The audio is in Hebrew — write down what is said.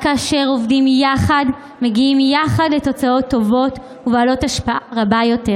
רק כאשר עובדים יחד מגיעים יחד לתוצאות טובות ובעלות השפעה רבה יותר.